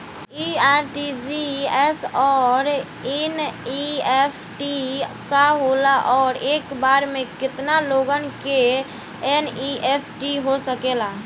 इ आर.टी.जी.एस और एन.ई.एफ.टी का होला और एक बार में केतना लोगन के एन.ई.एफ.टी हो सकेला?